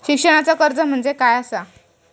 शिक्षणाचा कर्ज म्हणजे काय असा?